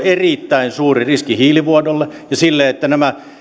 erittäin suuri riski hiilivuodolle ja sille että